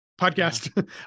podcast